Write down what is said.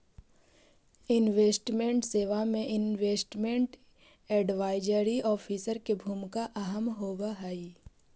investment सेवा में investment advisory officer के भूमिका अहम होवऽ हई